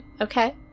Okay